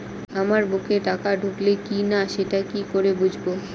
আমার বইয়ে টাকা ঢুকলো কি না সেটা কি করে বুঝবো?